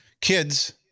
Kids